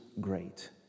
great